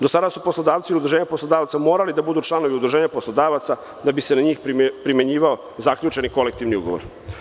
Do sada su poslodavci i udruženja poslodavaca morali da budu članovi udruženja poslodavaca da bi se na njih primenjivao zaključeni kolektivni ugovor.